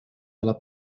alla